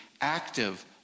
active